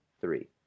three